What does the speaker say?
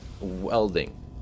welding